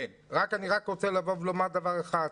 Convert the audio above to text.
אני רק רוצה לומר דבר אחד,